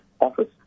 office